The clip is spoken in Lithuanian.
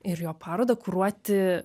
ir jo parodą kuruoti